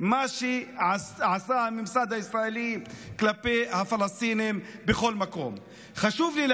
מה שעשה הממסד הישראלי כלפי הפלסטינים בכל מקום זה